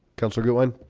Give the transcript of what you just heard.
councillor goodwin